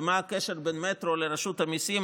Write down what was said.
ומה הקשר בין המטרו לרשות המיסים?